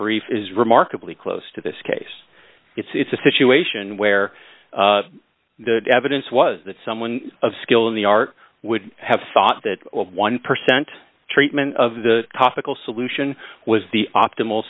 brief is remarkably close to this case it's a situation where the evidence was that someone of skill in the art would have thought that one percent treatment of the topical solution was the optimal